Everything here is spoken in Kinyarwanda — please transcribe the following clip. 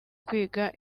kwiga